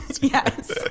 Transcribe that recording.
Yes